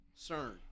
CERN